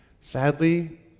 sadly